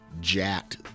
jacked